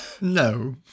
No